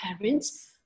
parents